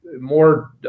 More